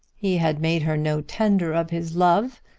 he had made her no tender of his love.